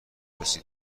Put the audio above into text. رسید